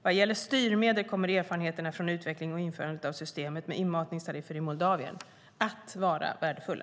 Vad gäller styrmedel kommer erfarenheter från utveckling och införande av systemet med inmatningstariffer i Moldavien att vara värdefulla.